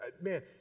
Man